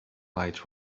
lights